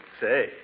Say